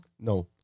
No